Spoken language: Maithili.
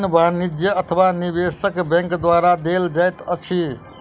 संबंद्ध ऋण वाणिज्य अथवा निवेशक बैंक द्वारा देल जाइत अछि